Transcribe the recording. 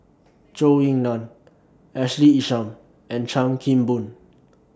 Zhou Ying NAN Ashley Isham and Chan Kim Boon